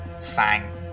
fang